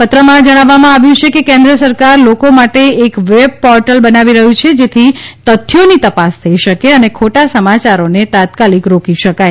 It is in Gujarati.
પત્રમાં જણાવ્વામાં આવ્યું છેકે કેન્દ્ર સરકાર લોકો માટે એક વેબ પોર્ટલ બનાવી રહ્યું છે જેથી તથ્યોની તપાસ થઈ શકે અને ખોટા સમાચારોને તાત્કાલીક રોકી શકાય